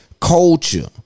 culture